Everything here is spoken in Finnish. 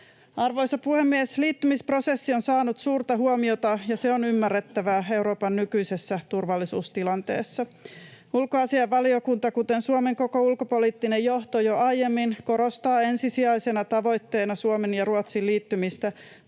Arvoisa puhemies! Liittymisprosessi on saanut suurta huomiota, ja se on ymmärrettävää Euroopan nykyisessä turvallisuustilanteessa. Ulkoasiainvaliokunta kuten Suomen koko ulkopoliittinen johto jo aiemmin korostaa ensisijaisena tavoitteena Suomen ja Ruotsin liittymistä